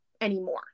anymore